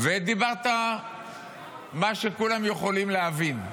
ודיברת מה שכולם יכולים להבין.